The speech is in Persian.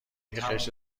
قشر